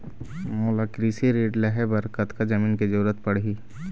मोला कृषि ऋण लहे बर कतका जमीन के जरूरत पड़ही?